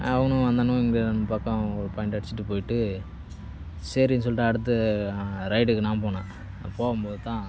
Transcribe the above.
அவனும் வந்தவனும் இங்கே ரெண்டு பக்கம் ஒரு பாய்ண்ட் அடிச்சுட்டு போய்ட்டு சரின்னு சொல்லிகிட்டு அடுத்த ரைடுக்கு நான் போனேன் போகும் போதுதான்